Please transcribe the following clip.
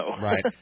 Right